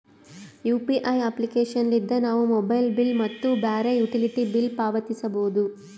UPI application ಲಿದ್ದ ನಾವು mobile bill ಮತ್ತು ಬ್ಯಾರೆ ಯುಟಿಲಿಟಿ ಬಿಲ್ ಪಾವತಿಸಬೋದು